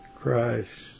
Christ